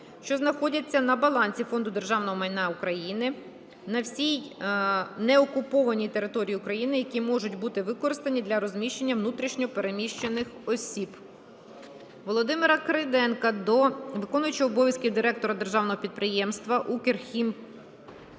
що знаходяться на балансі Фонду державного майна України на всій неокупованій території України, які можуть бути використані для розміщення внутрішньо переміщених осіб. Володимира Крейденка до виконувача обов’язків директора державного підприємства